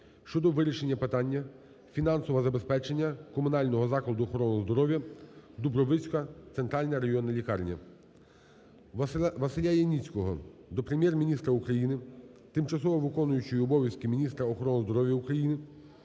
щодо вирішення питання фінансового забезпечення комунального закладу охорони здоров'я "Дубровицька центральна районна лікарня". Василя Яніцького до Прем'єр-міністра України, тимчасово виконуючої обов'язки міністра охорони здоров'я України,